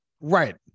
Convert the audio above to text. Right